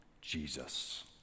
Jesus